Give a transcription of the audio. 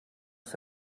ist